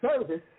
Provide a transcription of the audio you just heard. service